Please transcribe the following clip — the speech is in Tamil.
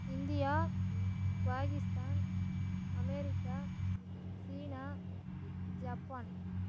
இந்தியா பாகிஸ்தான் அமெரிக்கா சீனா ஜப்பான்